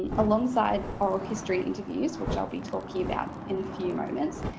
and alongside oral history interviews, which i'll be talking about in a few moments,